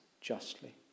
justly